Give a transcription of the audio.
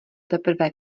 teprve